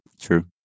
True